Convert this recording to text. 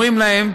אומרים להם: